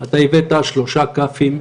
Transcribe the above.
אתה הבאת שלושה כ"פים,